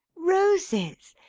roses!